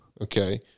okay